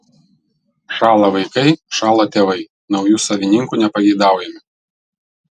šąla vaikai šąla tėvai naujų savininkų nepageidaujami